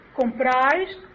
comprised